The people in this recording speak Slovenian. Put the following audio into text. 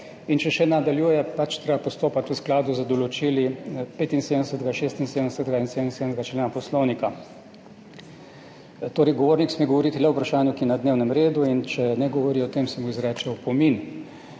In če še nadaljuje, je pač treba postopati v skladu z določili 75., 76., in 77. člena Poslovnika: »Govornik sme govoriti le o vprašanju, ki je na dnevnem redu.« Če ne govori o tem, se mu izreče opomin.